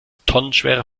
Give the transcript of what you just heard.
tonnenschwere